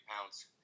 pounds